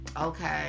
Okay